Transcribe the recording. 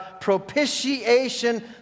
propitiation